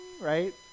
right